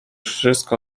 wszystko